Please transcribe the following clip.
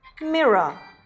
mirror